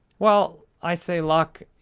well, i say luck.